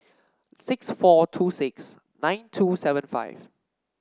six four two six nine two seven five